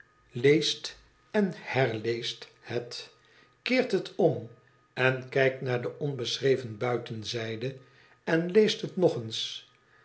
leest en herleest het keert het om en kijkt naar de onbeschreven buitenzijde en leest het nog eens